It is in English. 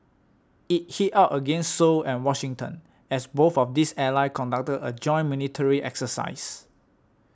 it hit out against Seoul and Washington as both of these allies conducted a joint military exercise